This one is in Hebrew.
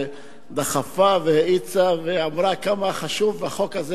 שדחפה והאיצה ואמרה כמה חשוב החוק הזה,